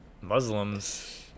Muslims